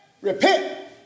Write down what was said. repent